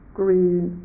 green